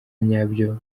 nyabyo